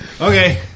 Okay